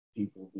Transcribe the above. people